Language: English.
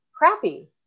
crappy